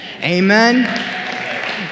Amen